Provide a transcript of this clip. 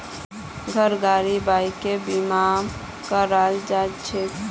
घर गाड़ी बाइकेर बीमा कराल जाछेक